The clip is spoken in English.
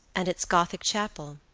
and its gothic chapel.